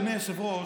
אדוני היושב-ראש,